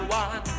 one